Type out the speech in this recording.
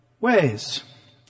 Ways